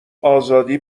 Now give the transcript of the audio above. آزادی